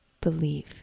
believe